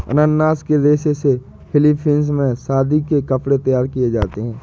अनानास के रेशे से फिलीपींस में शादी के कपड़े तैयार किए जाते हैं